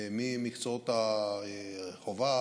ממקצועות החובה,